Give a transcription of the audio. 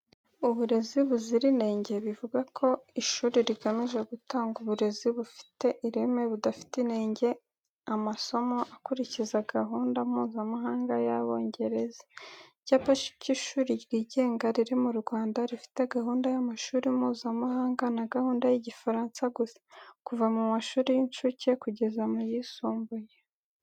Uburezi buzira inenge, bivuga ko ishuri rigamije gutanga uburezi bufite ireme, budafite inenge amasomo akurikiza gahunda Mpuzamahanga y’Abongereza. Icyapa cy’ishuri ryigenga riri mu Rwanda, rifite gahunda y’amashuri Mpuzamahanga na gahunda y’Igifaransa gusa, kuva mu mashuri y’incuke kugeza mu yisumbuye.